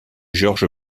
george